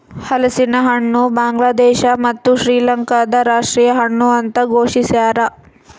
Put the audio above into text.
ಹಲಸಿನಹಣ್ಣು ಬಾಂಗ್ಲಾದೇಶ ಮತ್ತು ಶ್ರೀಲಂಕಾದ ರಾಷ್ಟೀಯ ಹಣ್ಣು ಅಂತ ಘೋಷಿಸ್ಯಾರ